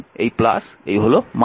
কারণ এই এই হল